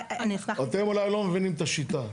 אתם אולי לא מבינים את השיטה.